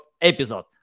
episode